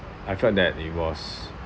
I felt that it was